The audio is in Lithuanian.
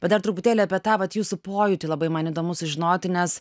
bet dar truputėlį apie tą vat jūsų pojūtį labai man įdomu sužinoti nes